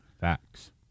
Facts